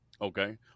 Okay